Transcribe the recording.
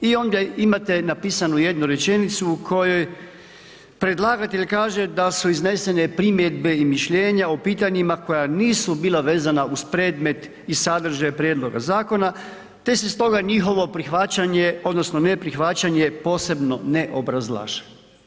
I onda imate napisanu jednu rečenicu u kojoj predlagatelj kaže da su iznesene primjedbe i mišljenja o pitanjima koja nisu bila vezana uz predmet i sadržaj prijedloga zakona te se stoga njihovo prihvaćanje, odnosno neprihvaćanje posebno ne obrazlaže.